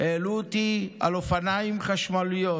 העלו אותי על אופניים חשמליים.